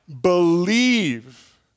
believe